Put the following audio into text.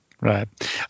right